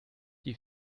die